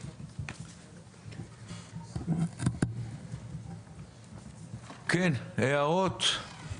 כן, הערות.